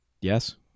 Yes